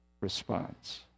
response